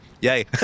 Yay